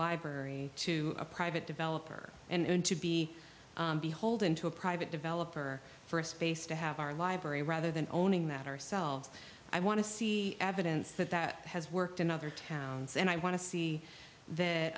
library to a private developer and to be beholden to a private developer for a space to have our library rather than owning that ourselves i want to see evidence that that has worked in other towns and i want to see that